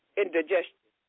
indigestion